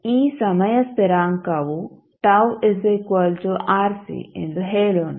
ಈ ಸಮಯ ಸ್ಥಿರಾಂಕವು τ RC ಎಂದು ಹೇಳೋಣ